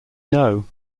know